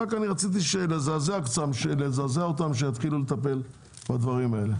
רק רציתי לזעזע אותם קצת שיתחילו לטפל בדברים האלה.